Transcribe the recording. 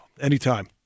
Anytime